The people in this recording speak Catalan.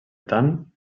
tant